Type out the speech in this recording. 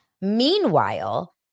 Meanwhile